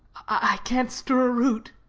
i can't stir a root